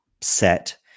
set